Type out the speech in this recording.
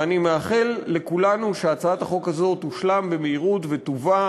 ואני מאחל לכולנו שהצעת החוק הזאת תושלם במהירות ותובא